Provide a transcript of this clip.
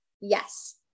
Yes